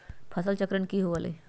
फसल चक्रण की हुआ लाई?